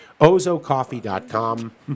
Ozocoffee.com